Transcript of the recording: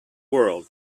world